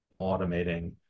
automating